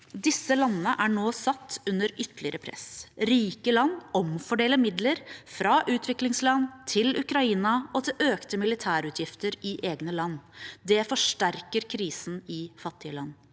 Disse landene er nå satt under ytterligere press. Rike land omfordeler midler fra utviklingsland til Ukraina og til økte militærutgifter i egne land. Det forsterker krisen i fattige land.